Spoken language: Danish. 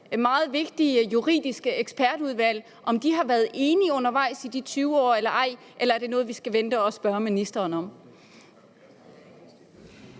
meget vigtige Juridisk Specialudvalg har været enige undervejs i de 20 år? Eller er det noget, vi skal vente med og så spørge ministeren om?